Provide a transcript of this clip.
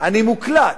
אני מוקלט.